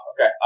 okay